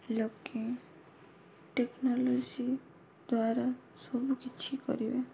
ଲୋକେ ଟେକ୍ନୋଲୋଜି ଦ୍ୱାରା ସବୁ କିିଛି କରିବେ